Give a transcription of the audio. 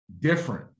Different